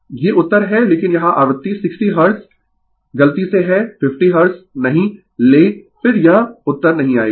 Refer slide Time 1704 ये उत्तर है लेकिन यहाँ आवृत्ति 60 हर्ट्ज गलती से है 50 हर्ट्ज नहीं लें फिर यह उत्तर नहीं आएगा